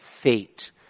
fate